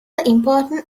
important